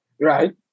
Right